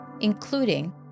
including